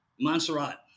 montserrat